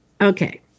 Okay